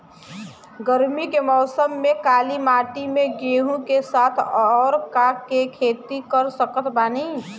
गरमी के मौसम में काली माटी में गेहूँ के साथ और का के खेती कर सकत बानी?